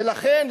ולכן,